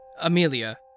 Amelia